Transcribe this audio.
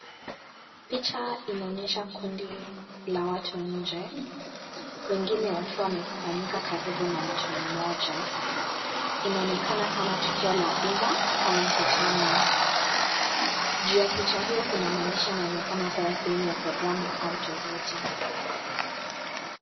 Picha inaonyesha kundi la watu nje, wengine wakiwa wamekusanyika karibu na mtu mmoja ,inaokenaan kama tukio la umma au mkutano, juu ya picha iyo kuna maandishi yanaonkana kwa sehemu ya (CS) prokramu(CS)au tofuti.